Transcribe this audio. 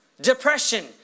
depression